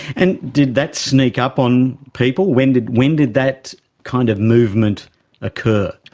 and did that sneak up on people? when did when did that kind of movement occur?